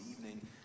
evening